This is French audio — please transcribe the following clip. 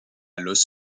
los